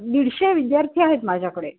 दीडशे विद्यार्थी आहेत माझ्याकडे